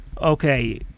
Okay